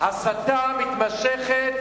הסתה מתמשכת